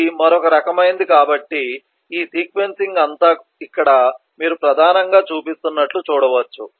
ఇది మరొక రకమైనది కాబట్టి ఈ సీక్వెన్సింగ్ అంతా ఇక్కడ మీరు ప్రధానంగా చూపిస్తున్నట్లు చూడవచ్చు